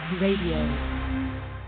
Radio